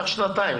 קח שנתיים.